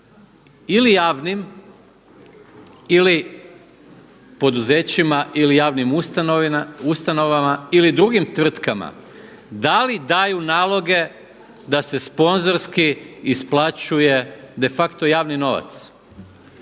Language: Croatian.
ili javnim ili poduzećima ili javnim ustanovama ili drugim tvrtkama, da li daju naloge da se sponzorski isplaćuje de facto javni novac,